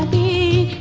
a